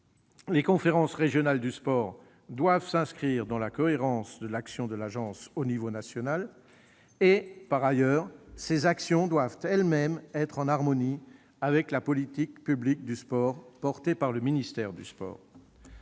les conférences régionales du sport doivent s'inscrire dans la cohérence des actions de l'Agence à l'échelon national et, par ailleurs, ces actions doivent elles-mêmes être en harmonie avec la politique publique du sport soutenue par le ministère des sports.